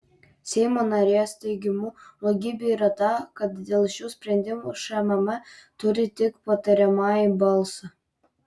seimo narės teigimu blogybė yra ta kad dėl šių sprendimų šmm turi tik patariamąjį balsą